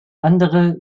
andere